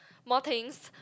more things